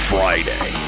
Friday